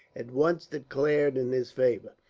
at once declared in his favour.